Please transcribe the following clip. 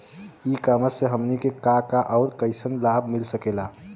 ई कॉमर्स से हमनी के का का अउर कइसन लाभ मिल सकेला?